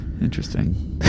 Interesting